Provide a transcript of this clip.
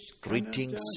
greetings